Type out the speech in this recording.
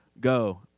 Go